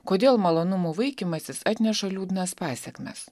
kodėl malonumų vaikymasis atneša liūdnas pasekmes